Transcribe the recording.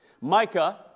Micah